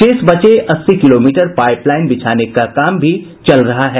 शेष बचे अस्सी किलोमीटर पाईप लाईन बिछाने का काम भी चल रहा है